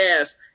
ass